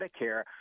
Medicare